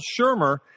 Shermer